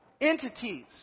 entities